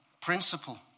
principle